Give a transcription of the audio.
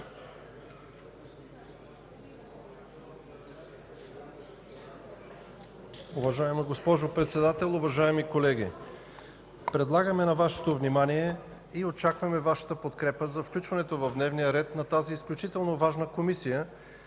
Уважаема госпожо Председател, уважаеми колеги! Предлагаме на Вашето внимание и очакваме Вашата подкрепа за включването в дневния ред на тази изключително важна комисия,